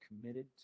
committed